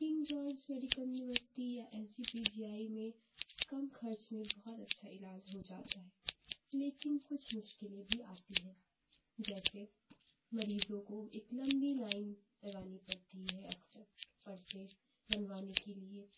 king George Medical University یا S G P G I میں کم خرچ میں بہت اچھا علاج ہو جاتا ہے لیکن کچھ مشکلیں بھی آتی ہیں جیسے مریضوں کو ایک لمبی لائن لگانی پڑتی ہے اکثر پرچے بنوانے کے لیے